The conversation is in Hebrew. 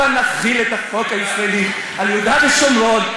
הבה נחיל את החוק הישראלי על יהודה ושומרון.